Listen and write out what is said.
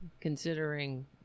considering